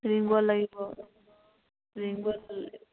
লাগিব লাগিব